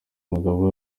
umugabo